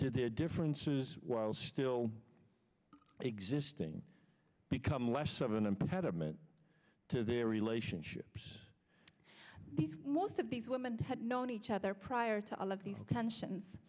their differences while still existing become less of an impediment to their relationships most of these women had known each other prior to all of these tensions